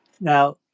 Now